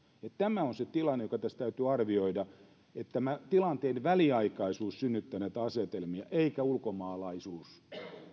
että tämä on se tilanne joka tässä täytyy arvioida tämä tilanteen väliaikaisuus synnyttää näitä asetelmia eikä ulkomaalaisuus